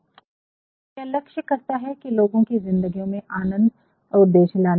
तो यह लक्ष्य करता है लोगों की जिंदगियों में आनंद और उद्देश्य लाने की